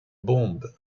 bombe